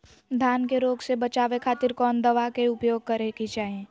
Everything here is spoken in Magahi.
धान के रोग से बचावे खातिर कौन दवा के उपयोग करें कि चाहे?